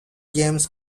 james